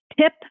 Tip